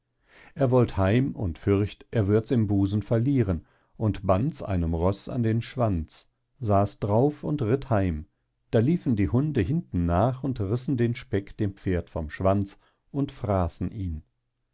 er wollt heim und fürcht er würds im busen verlieren und bands einem roß an den schwanz saß drauf und ritt heim da liefen die hunde hinten nach und rissen den speck dem pferd vom schwanz und fraßen ihn